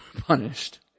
punished